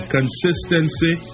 Consistency